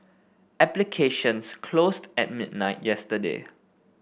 applications closed at midnight yesterday